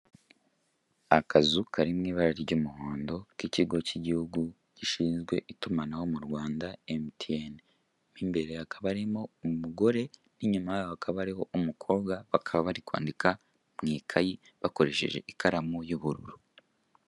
Akazu kari mu ibara ry'umuhondo k'ikigo cy'igihugu gishinzwe itumanaho mu Rwanda mtn . Mu imbere hakaba harimo umugore inyuma hari umukobwa bakaba bari kwandika mu ikayi bakoresheje ikaramu y'ubururu.